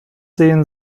sähen